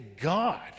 God